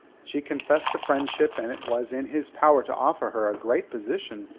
she confessed to friendship, and it was in his power to offer her a great position,